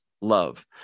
love